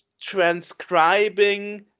transcribing